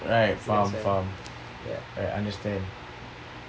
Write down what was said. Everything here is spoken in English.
right faham faham I understand